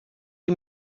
die